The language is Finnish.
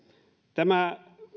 tämä